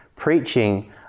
Preaching